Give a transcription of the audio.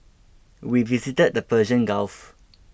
we visited the Persian Gulf